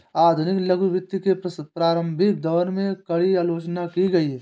आधुनिक लघु वित्त के प्रारंभिक दौर में, कड़ी आलोचना की गई